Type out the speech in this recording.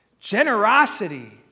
Generosity